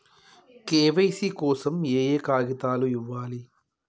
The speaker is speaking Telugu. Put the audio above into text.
కే.వై.సీ కోసం ఏయే కాగితాలు ఇవ్వాలి?